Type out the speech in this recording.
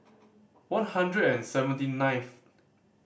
one hundred and seventy ninth